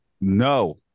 No